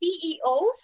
CEOs